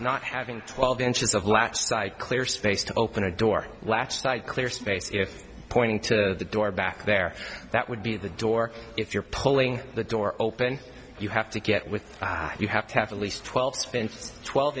not having twelve inches of laps clear space to open a door latch tight clear space if pointing to the door back there that would be the door if you're pulling the door open you have to get with it you have to have at least twelve